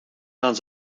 gaan